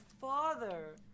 father